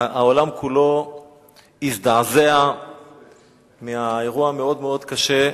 העולם כולו הזדעזע מהאירוע המאוד מאוד קשה.